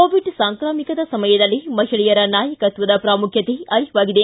Covid ಸಾಂಕ್ರಾಮಿಕದ ಸಮಯದಲ್ಲಿ ಮಹಿಳೆಯರ ನಾಯಕತ್ವದ ಪ್ರಾಮುಖ್ಯತೆ ಅರಿವಾಗಿದೆ